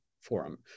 Forum